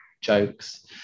jokes